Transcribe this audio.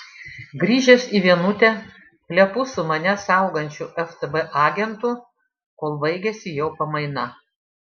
grįžęs į vienutę plepu su mane saugančiu ftb agentu kol baigiasi jo pamaina